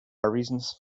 reasons